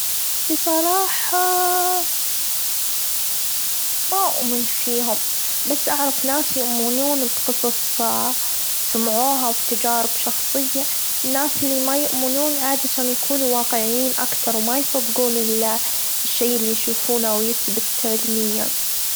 بصراحة ما اؤمن فيهم بس أعرف ناس يؤمنون بقصص سمعوها، وتجارب شخصية الناس اللي ما يؤمنون عادةً يكونوا واقعين اكتر وما يصدقون ال الشي اللي يشوفونه ويتبت علميًا.